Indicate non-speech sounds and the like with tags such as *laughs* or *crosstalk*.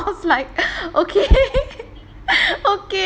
can you help me collect *laughs* then I was like *laughs* okay *laughs*